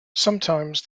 sometimes